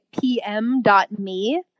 PM.me